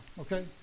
Okay